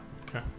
Okay